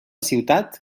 ciutat